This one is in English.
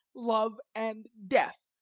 love, and death,